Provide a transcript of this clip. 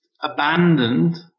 abandoned